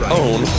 own